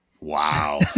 Wow